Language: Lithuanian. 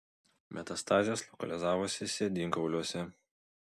metastazės lokalizavosi sėdynkauliuose